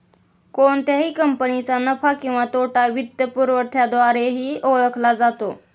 कोणत्याही कंपनीचा नफा किंवा तोटा वित्तपुरवठ्याद्वारेही ओळखला जातो